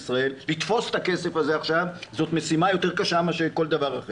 לתפוס את הכסף הזה עכשיו זאת משימה יותר קשה מכל דבר.